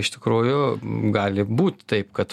iš tikrųjų gali būt taip kad